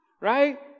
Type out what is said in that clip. right